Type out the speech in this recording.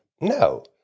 No